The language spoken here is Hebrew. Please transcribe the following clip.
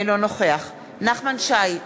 אינו נוכח נחמן שי,